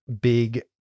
big